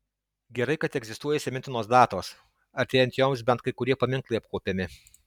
gerai kad egzistuoja įsimintinos datos artėjant joms bent kai kurie paminklai apkuopiami